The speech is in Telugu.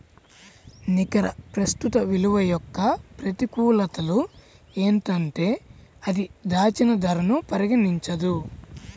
నికర ప్రస్తుత విలువ యొక్క ప్రతికూలతలు ఏంటంటే అది దాచిన ధరను పరిగణించదు